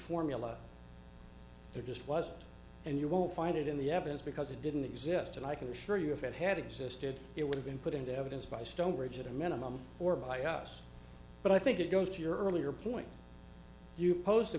formula there just wasn't and you won't find it in the evidence because it didn't exist and i can assure you if it had existed it would have been put into evidence by stonebridge at a minimum or by us but i think it goes to your earlier point you pose the